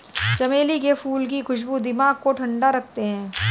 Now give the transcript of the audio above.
चमेली के फूल की खुशबू दिमाग को ठंडा रखते हैं